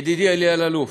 ידידי אלי אלאלוף,